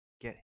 get